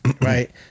Right